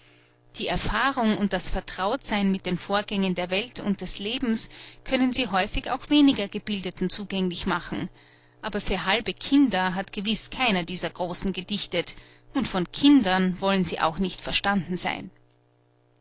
die erfahrung und das vertrautsein mit den vorgängen der welt und des lebens können sie häufig auch weniger gebildeten zugänglich machen aber für halbe kinder hat gewiß keiner dieser großen gedichtet und von kindern wollten sie auch nicht verstanden sein